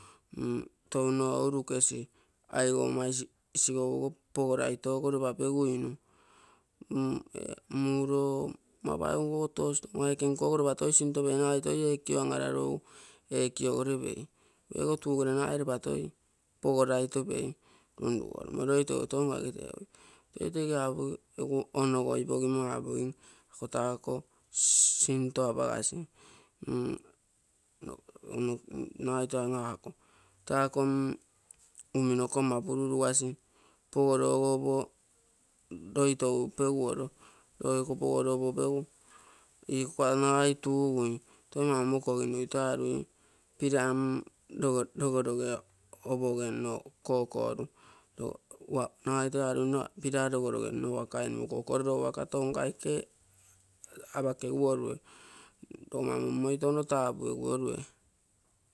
Tono aulukese. aiwo mazi. shiwogo pola itogolo papigwenu, muro mabaya ughoto, simwaki nkolwa watoe shinto bhenyakeye kyamalaroo, kya olebe, iyotu gholanamae bhatwei pogolaitobee, mleto tomaliza, itigabhu ebhu ono waiboghe nowabu, futaako shinto abashi, naja nowako takomu uminoko mabululu wasi polowobho, doito upeweuro wakikupauoro bubeu, ikwama waitughumu tuma wamoko wenewatarwi pilamu ndogo yao obowenokokolu wa majarumwa bidada woro weno kaenokoko waliro wakatongaike, abhatoiwolwe, pomama mwitomba kwabwe wolwe.